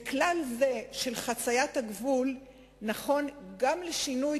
כלל זה של חציית הגבול נכון גם לשינוי